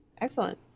Excellent